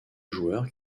joueur